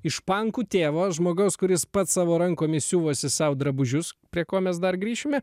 iš pankų tėvo žmogaus kuris pats savo rankomis siuvosi sau drabužius prie ko mes dar grįšime